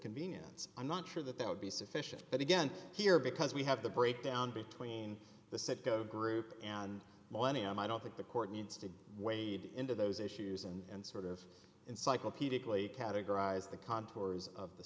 convenience i'm not sure that that would be sufficient but again here because we have the breakdown between the citgo group and millennium i don't think the court needs to wade into those issues and sort of encyclopedic where you categorize the contours of the